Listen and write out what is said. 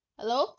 Hello